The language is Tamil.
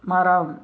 மரம்